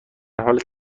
حال